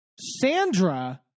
Sandra